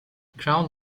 ground